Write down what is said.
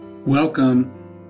Welcome